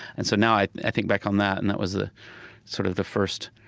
and so now i i think back on that, and that was the sort of the first